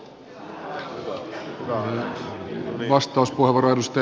arvoisa puhemies